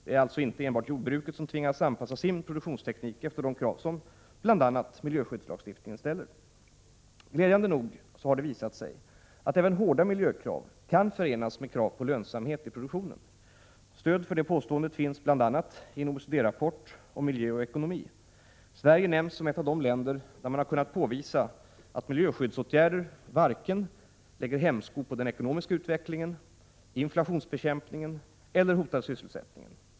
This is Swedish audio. Det är således inte enbart jordbruket som tvingas att anpassa sin produktionsteknik efter de krav som bl.a. miljöskyddslagstiftningen ställer. Glädjande nog har det visat sig att även hårda miljökrav kan förenas med krav på lönsamhet i produktionen. Stöd för detta påstående finns bl.a. i en OECD-rapport om miljö och ekonomi. Sverige nämns som ett av de länder där man kunnat påvisa att miljöskyddsåtgärder varken lägger hämsko på den ekonomiska utvecklingen, inflationsbekämpningen eller hotar sysselsättningen.